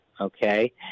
okay